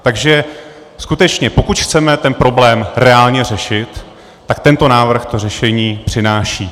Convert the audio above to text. Takže skutečně, pokud chceme ten problém reálně řešit, tak tento návrh to řešení přináší.